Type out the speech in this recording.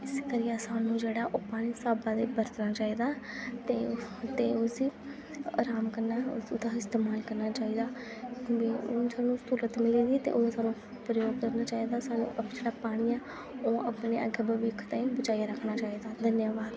इस करियै सानूं जेह्ड़ा ओह् पानी स्हाबै दा बरतना चाहिदा ते उस्सी आराम कन्नै ओह्दा इस्तेमाल करना चाहिदा ते हून चलो प्रयोग करना चाहिदा सानूं जेह्ड़ा पानी ऐ ओह् अपने अग्गै भविक्ख ताईं बचाइयै रखना चाहिदा धन्नबाद